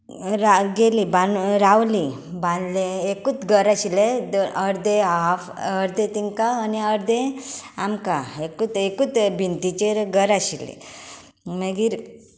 गेलीं रावलीं बांदलें एकूच घर आशिल्लें अर्दें हाल्फ अर्दें तेंकां अर्दें आमकां एकूच वणटीचेर घर आशिल्लें मागीर